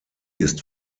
ist